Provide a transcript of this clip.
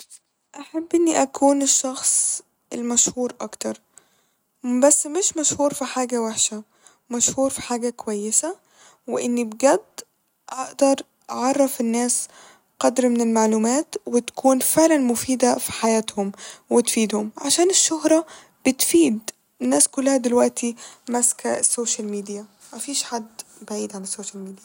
أحب إني الشخص المشهور أكتر ، بس مش مشهور ف حاجة وحشة ، مشهور ف حاجة كويسة وان بجد أقدر اعرف الناس قدر من المعلومات وتكون فعلا مفيدة ف حياتهم وتفيدهم عشان الشهرة بتفيد الناس كلها دلوقتي ماسكه السوشيال ميديا ، مفيش حد بعيد عن السوشيال ميديا